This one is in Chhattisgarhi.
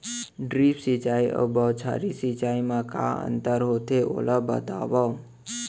ड्रिप सिंचाई अऊ बौछारी सिंचाई मा का अंतर होथे, ओला बतावव?